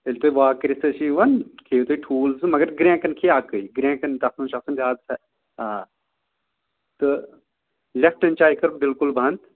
ییٚلہِ تُہۍ واک کٔرِتھ ٲسِو یِوان کھیٚیِو تُہۍ ٹھوٗل زٕ مَگر گرٛینٛکَن کھے اَکٕے گرٛینٛکَن تَتھ منٛز چھُ آسان زیادٕ سہ آ تہٕ لٮ۪پھٹَن چاے کَر بِلکُل بَند